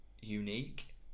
unique